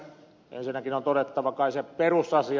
ensinnäkin on todettava kai se perusasia